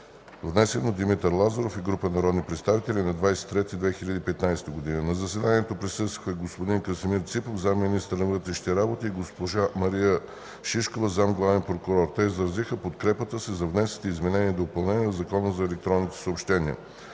внесен от Димитър Николов Лазаров и група народни представители на 20 март 2015 г. На заседанието присъстваха: господин Красимир Ципов – заместник-министър на вътрешните работи, и госпожа Мария Шишкова – заместник-главен прокурор. Те изразиха подкрепата си за внесените изменения и допълнения в Закона за електронните съобщения.